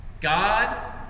God